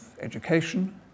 education